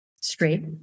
straight